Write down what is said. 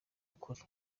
ukuri